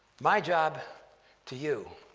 my job to you